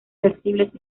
flexibles